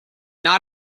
not